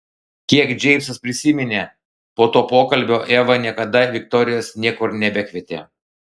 kiek džeimsas prisiminė po to pokalbio eva niekada viktorijos niekur nebekvietė